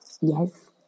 Yes